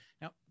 Now